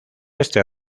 este